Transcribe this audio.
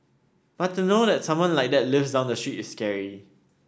but to know that someone like that lives down the street is scary